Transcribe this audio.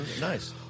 Nice